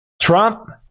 Trump